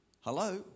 Hello